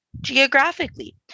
geographically